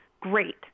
Great